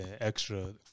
Extra